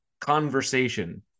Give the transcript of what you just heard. conversation